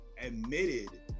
admitted